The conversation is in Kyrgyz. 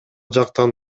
жактан